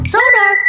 Sonar